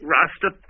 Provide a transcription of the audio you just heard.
Rasta